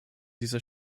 dieser